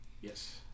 Yes